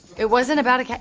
it wasn't about a,